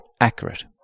accurate